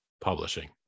publishing